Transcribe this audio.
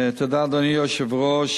תודה, אדוני היושב-ראש.